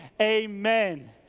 Amen